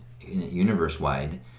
universe-wide